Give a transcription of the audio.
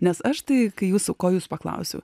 nes aš tai jūsų ko jūs paklausiau